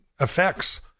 effects